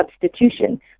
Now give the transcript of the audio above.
substitution